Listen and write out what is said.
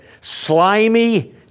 slimy